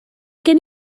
gen